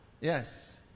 Yes